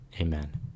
Amen